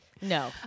No